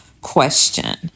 question